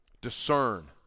Discern